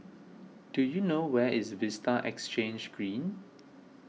do you know where is Vista Exhange Green